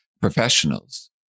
professionals